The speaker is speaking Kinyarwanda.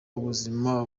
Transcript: ubuzima